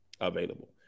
available